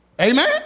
Amen